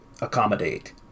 accommodate